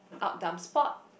out dumb sport